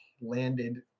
landed